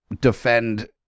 defend